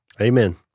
Amen